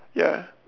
ya